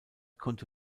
konnte